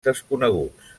desconeguts